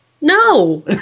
No